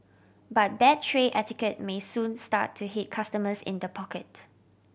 but bad tray etiquette may soon start to hit customers in the pocket